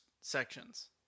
sections